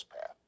path